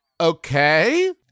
Okay